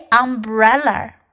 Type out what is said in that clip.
umbrella